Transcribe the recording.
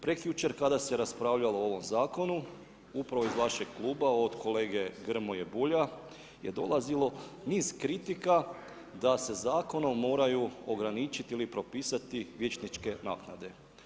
Prekjučer kada se raspravljalo o ovom zakonu upravo iz vašeg kluba od kolege Grmoje i Bulja je dolazilo niz kritika da se zakonom moraju ograničiti ili propisati vijećničke naknade.